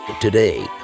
Today